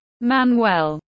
Manuel